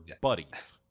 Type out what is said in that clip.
buddies